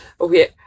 okay